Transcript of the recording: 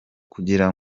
kugira